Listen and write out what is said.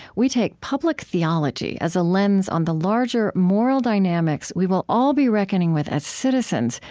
we take public theology as a lens on the larger moral dynamics we will all be reckoning with as citizens,